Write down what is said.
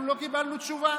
אנחנו לא קיבלנו תשובה.